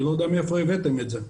אני לא יודע מהיכן הבאתם את זה.